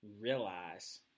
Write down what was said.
Realize